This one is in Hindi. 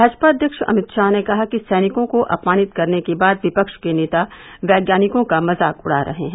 भाजपा अध्यक्ष अमित शाह ने कहा कि सैनिकों को अपमानित करने के बाद विपक्ष के नेता वैज्ञानिकों का मजाक उड़ा रहे हैं